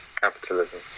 Capitalism